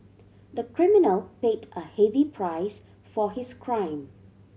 the criminal paid a heavy price for his crime